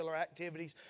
activities